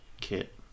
Kit